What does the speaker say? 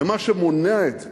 ומה שמונע את זה,